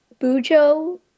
Bujo